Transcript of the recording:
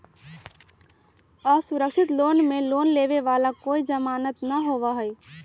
असुरक्षित लोन में लोन लेवे वाला के कोई जमानत न होबा हई